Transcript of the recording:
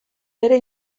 bere